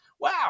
Wow